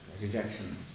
rejection